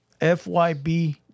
FYB